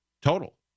Total